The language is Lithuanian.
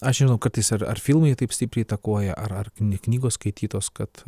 aš nežinau kartais ar ar filmai taip stipriai įtakoja ar ar knygos skaitytos kad